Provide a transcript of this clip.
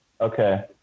Okay